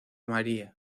maría